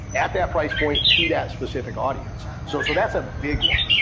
at that price point, to that specific audience. so so that's a big one,